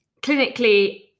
clinically